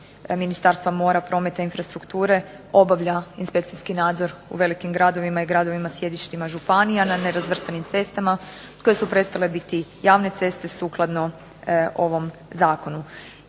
Ministarstva mora, prometa i infrastrukture obavlja inspekcijski nadzor u velikim gradovima i gradovima sjedištima županija na nerazvrstanim cestama koje su prestale biti javne ceste sukladno ovom Zakonu.